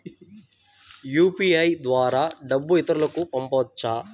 UPI ద్వారా డబ్బు ఇతరులకు పంపవచ్చ?